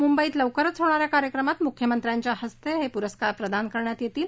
मुंबईत लवकरच होणा या कार्यक्रमात मुख्यमंत्र्यांच्या हस्ते हे पुरस्कार प्रदान करण्यात येणार आहेत